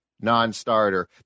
non-starter